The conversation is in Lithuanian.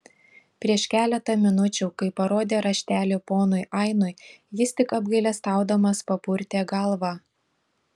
prieš keletą minučių kai parodė raštelį ponui ainui jis tik apgailestaudamas papurtė galvą